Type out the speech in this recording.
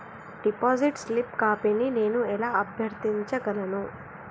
Deposit slip కాపీని నేను ఎలా అభ్యర్థించగలను?